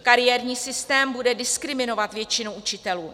Kariérní systém bude diskriminovat většinu učitelů.